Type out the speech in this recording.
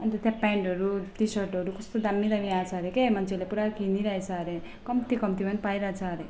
अन्त त्यहाँ पेन्टहरू टी सर्टहरू कस्तो दामी दामी आएको छ अरे क्या मान्छेहरूले पुरा किनीरहेछ अरे कम्ती कम्तीमा पनि पाइरहेछ अरे